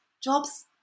jobs